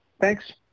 Thanks